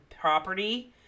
property